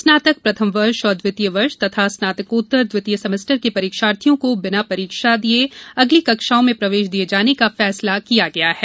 स्नातक प्रथम एवं द्वितीय वर्ष तथा स्नातकोत्तर द्वितीय सेमेस्टर के परीक्षार्थियों को बिना परीक्षा दिए अगली कक्षाओं में प्रवेश किये जाने का फैसला किया गया है